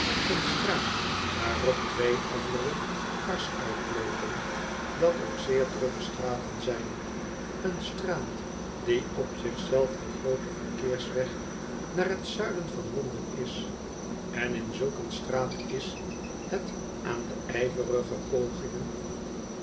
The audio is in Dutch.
een straat waarop twee andere dwars uitloopen dat ook zeer drukke straten zijn een straat die op zich zelf de groote verkeersweg naar het zuiden van londen is en in zulk een straat is het aan do ijverige pogingen